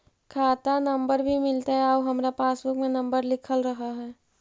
खाता नंबर भी मिलतै आउ हमरा पासबुक में नंबर लिखल रह है?